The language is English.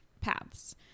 paths